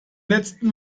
letzten